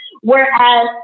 Whereas